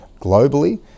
globally